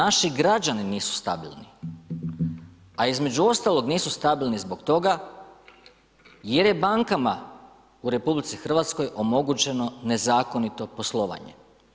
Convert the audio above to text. Ali, naši građani nisu stabilni, a između ostalog, nisu stabilni zbog toga jer je bankama u RH omogućeno nezakonito poslovanje.